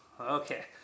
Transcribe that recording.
okay